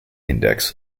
index